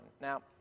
Now